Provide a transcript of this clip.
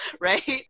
Right